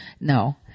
no